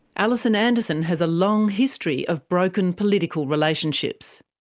alison anderson has a long history of broken political relationships.